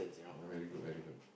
very good very good